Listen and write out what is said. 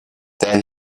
then